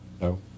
No